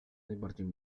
najbardziej